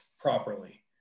properly